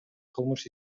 кылмыш